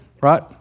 right